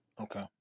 Okay